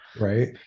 Right